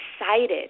excited